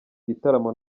gitaramo